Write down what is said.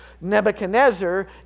Nebuchadnezzar